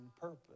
purpose